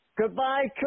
goodbye